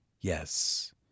Yes